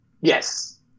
Yes